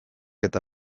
eta